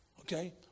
Okay